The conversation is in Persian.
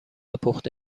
پخته